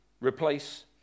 replace